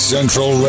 Central